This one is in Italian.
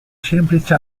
semplice